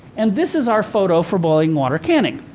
and this is our photo for boiling water canning.